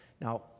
Now